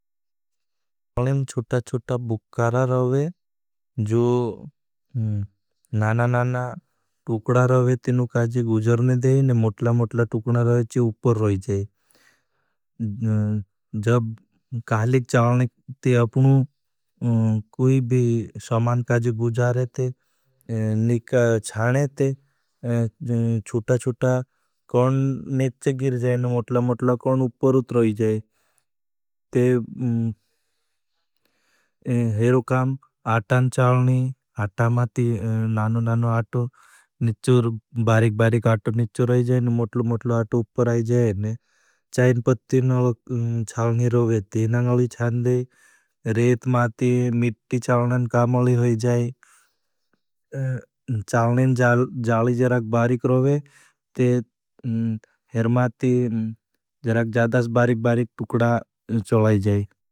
अलवं शुट्टा शुट्टा बुक्कारा रवे, जो नाना नाना टुकडा रवे, तीनो काजे गुजरने दे, ने मोटला मोटला टुकडा रवे ची उपर रोई जाए। जब कालिक चालने ती अपनु कोई भी समान काजे गुजरने दे, निक चालने दे, शुट्टा शुट्टा कौन निच गिर जाए, ने मोटला मोटला कौन उपर उत्र रोई जाए। ते हेरो काम आटान चालनी, आटा माती नानु नानु आटो, निच बारिक बारिक आटो निच रोई जाए, ने मोटला मोटला आटो उपर रोई जाए। चाईन पत्तिन चालनी रोई थी, नंगली चांदे, रेत माती मिट्टी चालना कामली होई जाए। चालने जाली जराग बारिक रोई, ते हेर माती जराग जादास बारिक बारिक टुकडा चलाई जाए।